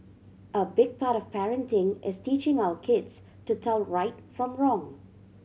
a big part of parenting is teaching our kids to tell right from wrong